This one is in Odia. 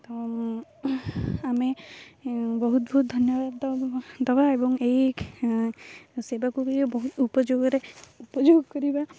ତ ଆମେ ବହୁତ ବହୁତ ଧନ୍ୟବାଦ ଦେବା ଦେବା ଏବଂ ଏହି ସେବାକୁ ବି ବହୁତ ଉପଯୋଗରେ ଉପଯୋଗ କରିବା